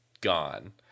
gone